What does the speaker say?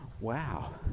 wow